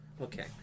okay